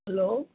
hello